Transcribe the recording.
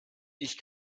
ich